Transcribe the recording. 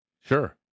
Sure